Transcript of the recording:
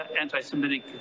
anti-Semitic